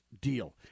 deal